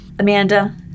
Amanda